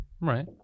right